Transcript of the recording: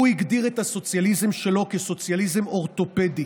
הוא הגדיר את הסוציאליזם שלו כסוציאליזם אורתופדי,